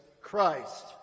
Christ